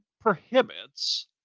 prohibits